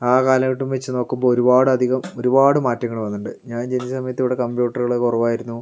ആ കാലഘട്ടം വച്ച് നോക്കുമ്പോൾ ഒരുപാടധികം ഒരുപാട് മാറ്റങ്ങൾ വന്നിട്ടുണ്ട് ഞാൻ ജനിച്ച സമയത്ത് ഇവിടെ കംപ്യൂട്ടറുകൾ കുറവായിരുന്നു